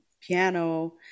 piano